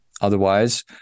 Otherwise